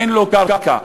אין להם קרקע.